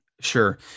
Sure